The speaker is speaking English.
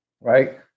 right